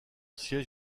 siège